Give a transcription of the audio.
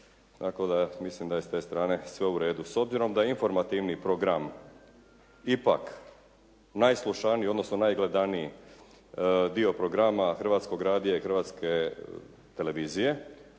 tako da mislim da je s te strane sve u redu. S obzirom da je informativni program ipak najslušaniji odnosno najgledaniji dio programa Hrvatskog radija i Hrvatske televizije